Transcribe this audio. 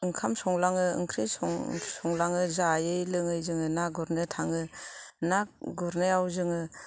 ओंखाम संलाङो ओंख्रि संलाङो जायै लोङै जोङो ना गुरनो थाङो ना गुरनायाव जोङो